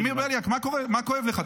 ולדימיר בליאק, מה כואב לך?